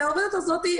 והעובדת הזאת,